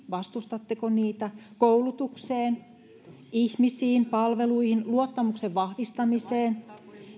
vastustatteko panostuksia yrityksiin koulutukseen ihmisiin palveluihin luottamuksen vahvistamiseen